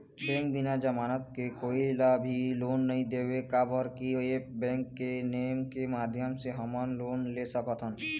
Bank बिना जमानत के कोई ला भी लोन नहीं देवे का बर की ऐप बैंक के नेम के माध्यम से हमन लोन ले सकथन?